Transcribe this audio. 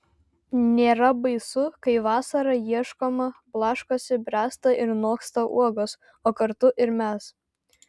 nėra baisu kai vasarą ieškoma blaškosi bręsta ir noksta uogos o kartu ir mes